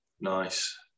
Nice